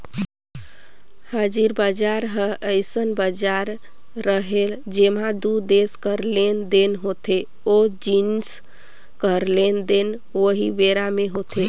हाजिरी बजार ह अइसन बजार हरय जेंमा दू देस कर लेन देन होथे ओ जिनिस कर लेन देन उहीं बेरा म होथे